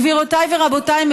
גבירותיי ורבותיי,